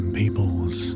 people's